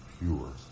pure